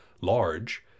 large